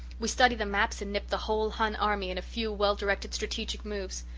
we study the maps and nip the whole hun army in a few well-directed strategic moves.